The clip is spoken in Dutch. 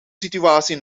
situatie